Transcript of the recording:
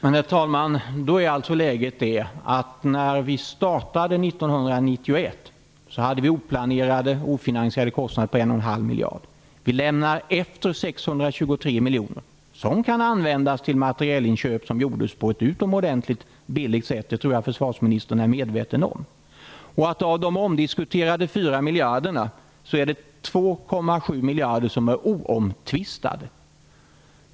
Fru talman! Då är alltså läget det att när vi startade 1991 hade vi oplanerade och ofinansierade kostnader på 1,5 miljarder. Vi lämnade efter oss 623 miljoner. De kan användas till sådana materielinköp som vi lyckades göra på ett utomordentligt billigt sätt. Det tror jag att försvarsministern är medveten om. Av de omdiskuterade 4 miljarderna är det 2,7 miljarder som är oomtvistade.